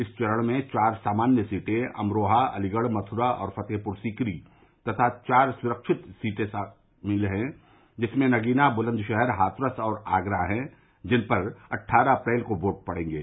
इस चरण में चार सामान्य सीटें अमरोहा अलीगढ़ मथुरा और फतेहपुर सीकरी तथा चार सुरक्षित सीटें शामिल हैं जिनमें नगीना बुलंदशहर हाथरस और आगरा हैं जिन पर अट्ठारह अप्रैल को वोट पड़ेंगे